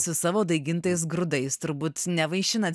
su savo daigintais grūdais turbūt nevaišinat